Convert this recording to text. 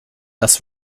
das